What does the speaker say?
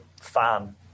fan